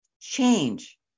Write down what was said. Change